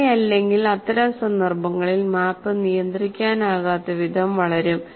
അങ്ങനെയല്ലെങ്കിൽ അത്തരം സന്ദർഭങ്ങളിൽ മാപ്പ് നിയന്ത്രിക്കാനാകാത്തവിധം വളരും